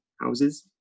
houses